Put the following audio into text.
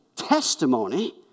testimony